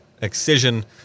Excision